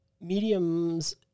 mediums